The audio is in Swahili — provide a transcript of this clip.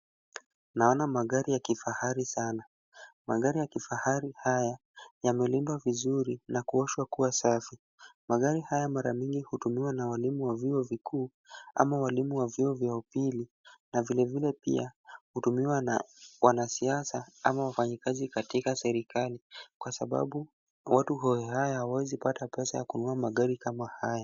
Naona magari ya kifahari sana. Magari ya kifahari haya yamelindwa vizuri na kuoshwa kuwa safi. Magari haya mara mingi hutumiwa na walimu wa vyuo vikuu ama walimu wa vyuo vya upili na vilevile pia hutumiwa na wanasiasa ama wafanyikazi katika serikali kwa sababu watu hohe hahe hawaezi pata pesa ya kununua magari kama haya.